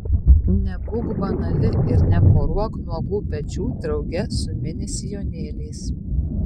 nebūk banali ir neporuok nuogų pečių drauge su mini sijonėliais